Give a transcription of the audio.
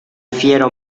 fiero